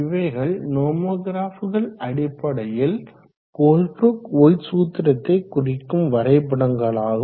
இவைகள் நோமொகிராப்புகள் அடிப்படையில் கோல்ப்ரூக் ஒயிட் சூத்திரத்தை குறிக்கும் வரைபடங்களாகும்